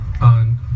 on